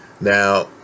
Now